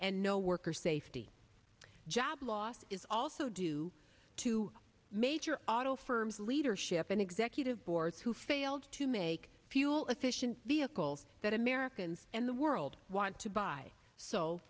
and no worker safety jobs lost is also due to major auto firms leadership and executive boards who failed to make fuel efficient vehicles that americans and the world want to buy so